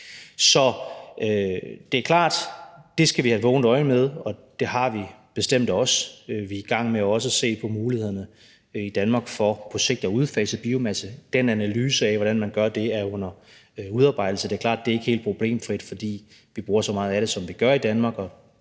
Så det er klart, at det skal vi holde øje med, og det gør vi bestemt også. Vi er også i gang med at se på mulighederne for i Danmark på sigt at udfase biomasse. Den analyse af, hvordan man gør det, er under udarbejdelse, og det er klart, at det ikke er helt problemfrit, fordi vi bruger så meget af det, som vi gør i Danmark,